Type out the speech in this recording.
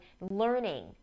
learning